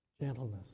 Gentleness